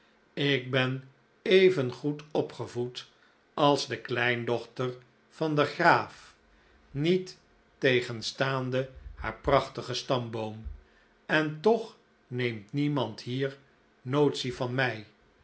ik ben even goed opgevoed als de kleindochter van den graaf niettegenstaande haar prachtigen stamboom en toch neemt niemand hier notitie van mij